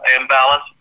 imbalance